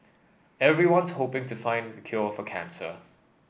everyone's hoping to find the cure for cancer